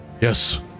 Yes